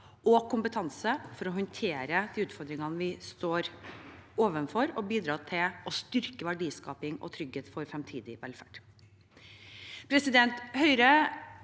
og kompetanse for å håndtere de utfordringene vi står overfor, og bidrar til å styrke verdiskaping og trygghet for fremtidig velferd.